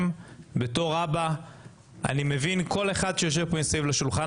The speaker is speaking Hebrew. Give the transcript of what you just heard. בתור אבא אני מבין כל אחד שיושב מסביב לשולחן